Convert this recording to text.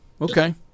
Okay